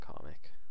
comic